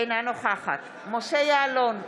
אינה נוכחת משה יעלון,